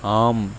ஆம்